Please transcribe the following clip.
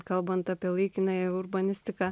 kalbant apie laikinąją urbanistiką